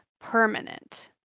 permanent